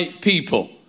people